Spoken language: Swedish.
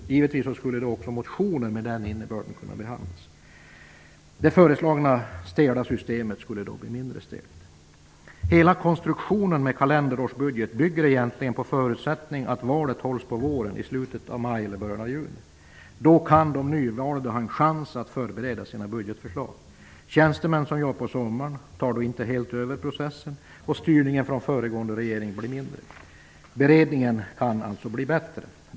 Givetvis skulle då också motioner med den innebörden kunna behandlas. Det föreslagna stela systemet skulle då bli mindre stelt. Hela konstruktionen med kalenderårsbudget bygger egentligen på förutsättningen att valet hålls på våren, i slutet av maj eller början av juni. Då kan de nyvalda ha en chans att förbereda sina budgetförslag. Tjänstemän som jobbar på sommaren tar då inte helt över processen, och styrningen från föregående regering blir mindre. Beredningen kan alltså bli bättre.